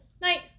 night